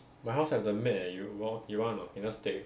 my house have the mat eh you w~ you want or not can just take